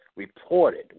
reported